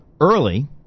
early